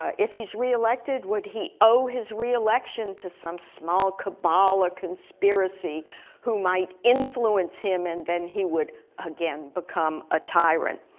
ah if he's reelected would he owe his reelection to some small cabal or conspiracy who might influence him and then he would again become a tyrant.